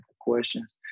questions